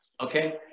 okay